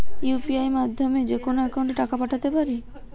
UPI মাধ্যমে যেকোনো একাউন্টে টাকা পাঠাতে পারি?